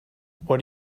what